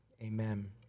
amen